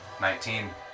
Nineteen